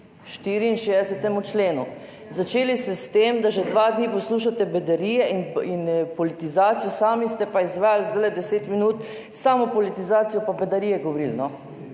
64. členu. Začeli ste s tem, da že dva dni poslušate bedarije in politizacijo, sami ste pa izvajali zdaj 10 minut samo politizacijo in govorili